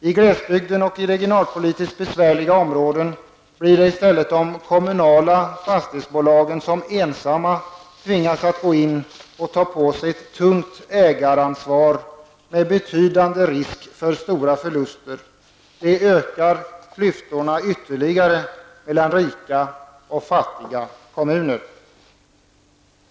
I glesbygden och i regionalpolitiskt besvärliga områden blir det i stället de kommunala fastighetsbolagen som ensamma tvingas gå in och ta på sig ett tungt ägaransvar, med en betydande risk för stora förluster. Det gör att klyftorna ytterligare ökar mellan rika och fattiga kommuner.